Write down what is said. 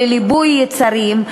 לליבוי יצרים,